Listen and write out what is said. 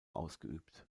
ausgeübt